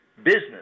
business